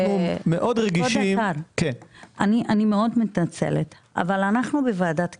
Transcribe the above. כבוד השר, אני מתנצלת אבל אנחנו בוועדת כספים.